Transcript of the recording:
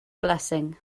blessing